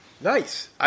Nice